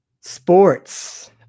sports